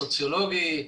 הסוציולוגי,